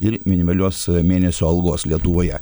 ir minimalios mėnesio algos lietuvoje